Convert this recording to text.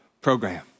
program